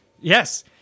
Yes